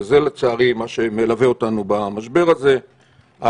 וזה לצערי מה שמלווה אותנו במשבר הזה,